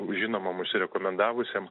žinomam užsirekomendavusiam